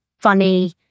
funny